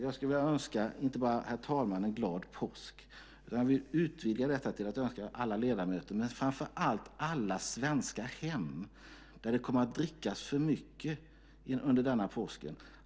Jag skulle vilja önska inte bara herr talmannen och alla ledamöter glad påsk utan även utvidga detta till framför allt alla svenska hem där det kommer att drickas för mycket under denna påsk.